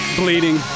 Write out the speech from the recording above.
bleeding